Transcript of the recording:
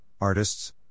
artists